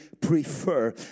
prefer